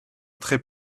très